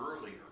earlier